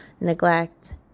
neglect